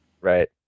Right